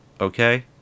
Okay